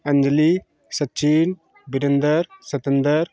Anjali Sachin Virender Satinder